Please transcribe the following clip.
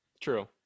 True